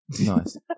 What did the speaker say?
Nice